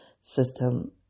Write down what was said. system